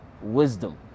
Wisdom